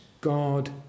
God